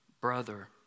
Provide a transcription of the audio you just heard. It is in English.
brother